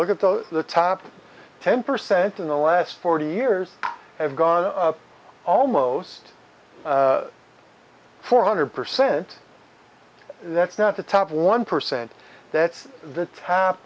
look at the the top ten percent in the last forty years have gone up almost four hundred percent that's not the top one percent that's the ta